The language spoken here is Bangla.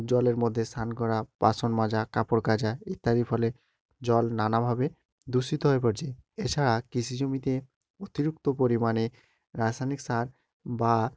জলের মধ্যে স্নান করা বাসন মাজা কাপড় কাচা ইত্যাদির ফলে জল নানাভাবে দূষিত হয়ে পড়ছে এছাড়া কৃষি জমিতে অতিরিক্ত পরিমাণে রাসায়নিক সার বা